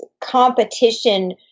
competition